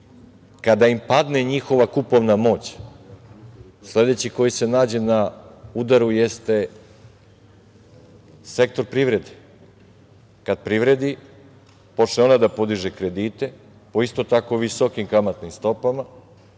Kada im padne njihova kupovna moć sledeći koji se nađe na udaru jeste sektor privrede. Kada privredi počne ona da diže kredite po isto tako visokim kamatnim stopama